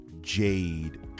Jade